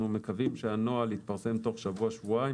אנחנו מקווים שהנוהל יתפרסם תוך שבוע-שבועיים,